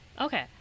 Okay